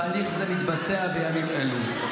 תהליך זה מתבצע בימים אלו.